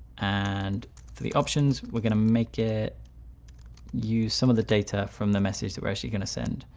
and for the options, we're going to make it use some of the data from the message that we're actually going to send.